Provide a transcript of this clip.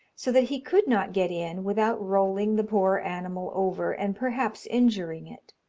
so that he could not get in without rolling the poor animal over, and perhaps injuring it.